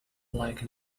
like